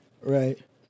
right